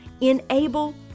enable